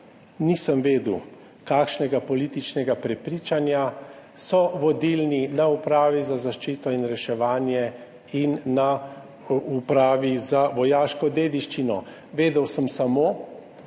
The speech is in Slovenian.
nisem vedel, kakšnega političnega prepričanja so vodilni na Upravi za zaščito in reševanje in na Upravi za vojaško dediščino, vedel sem samo,